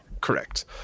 Correct